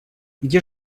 где